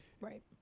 Right